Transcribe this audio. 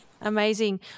Amazing